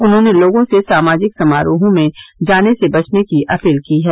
उन्होंने लोगों से सामाजिक समारोहों में जाने से बचने की अपील की है